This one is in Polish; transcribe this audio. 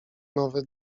nowe